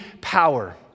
power